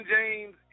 James